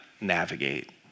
navigate